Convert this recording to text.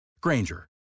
Granger